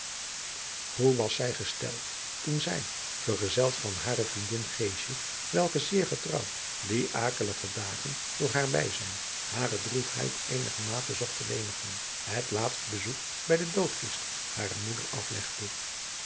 hoe was zij gesteld toen zij vergezeld van hare vriendin geesje welke zeer getrouw die akelige dagen adriaan loosjes pzn het leven van hillegonda buisman door haar bijzijn hare droefheid eenigermate zocht te lenigen het laatst bezoek bij de doodkist harer moeder aflegde